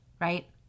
right